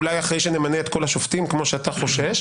אולי אחרי שנמנה את כל השופטים כמו שאתה חושש,